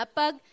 pag